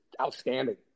outstanding